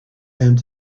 hand